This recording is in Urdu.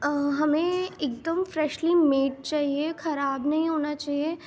ہمیں ایک دم فریشلی میڈ چاہیے خراب نہیں ہونا چاہیے